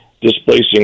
displacing